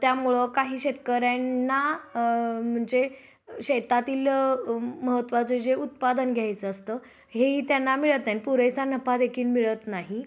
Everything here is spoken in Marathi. त्यामुळं काही शेतकऱ्यांना म्हणजे शेतातील महत्त्वाचं जे उत्पादन घ्यायचं असतं हे ही त्यांना मिळत नाही पुरेसा नफा देखील मिळत नाही